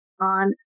on